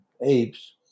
apes